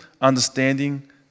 understanding